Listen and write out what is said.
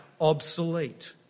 obsolete